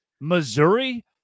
Missouri